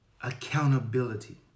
accountability